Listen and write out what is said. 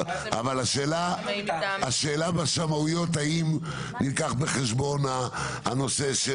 אבל השאלה בשמאויות האם נלקח בחשבון הנושא?